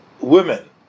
women